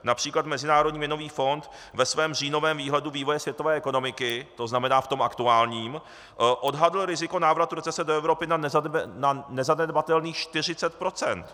Například Mezinárodní měnový fond ve svém říjnovém výhledu vývoje světové ekonomiky, to znamená v tom aktuálním, odhadl riziko návratu recese do Evropy na nezanedbatelných 40 %.